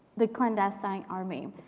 the clandestine army,